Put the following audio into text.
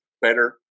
better